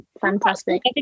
Fantastic